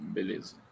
Beleza